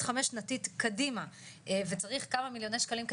חמש שנתית קדימה וצריך כמה מיליוני שקלים,